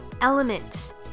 element